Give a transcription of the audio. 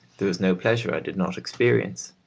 there was no pleasure i did not experience.